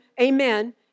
Amen